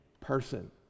person